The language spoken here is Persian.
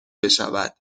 بشود